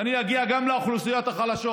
ואני אגיע גם לאוכלוסיות החלשות,